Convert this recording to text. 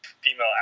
female